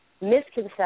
misconception